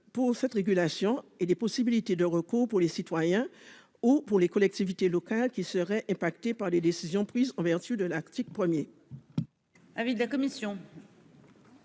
pour cette régulation et les possibilités de recours pour les citoyens ou les collectivités locales qui seraient impactés par les décisions prises en vertu de cet article 1 A.